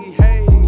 hey